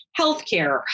healthcare